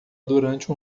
durante